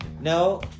no